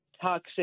toxic